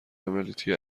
عملیاتی